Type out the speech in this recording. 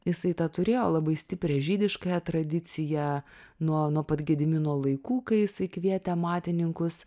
jisai turėjo labai stiprią žydiškąją tradiciją nuo nuo pat gedimino laikų kai jisai kvietė amatininkus